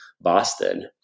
Boston